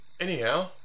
Anyhow